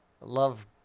love